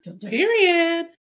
Period